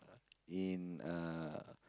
in uh